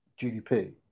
GDP